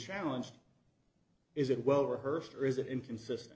challenged is it well rehearsed or is it inconsistent